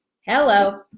Hello